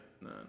no